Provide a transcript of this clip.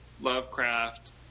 Lovecraft